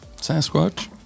Sasquatch